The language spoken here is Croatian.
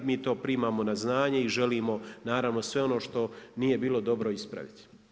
Mi to primamo na znanje i želimo naravno sve ono što nije bilo dobro ispraviti.